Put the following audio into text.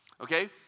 Okay